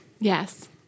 Yes